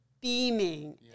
beaming